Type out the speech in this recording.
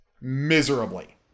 Miserably